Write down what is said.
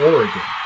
Oregon